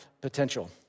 potential